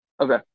Okay